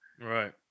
Right